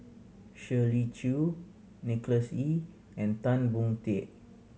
Shirley Chew Nicholas Ee and Tan Boon Teik